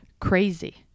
crazy